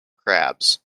crabs